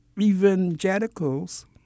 evangelicals